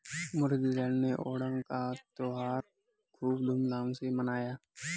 मुरलीधर ने ओणम का त्योहार खूब धूमधाम से मनाया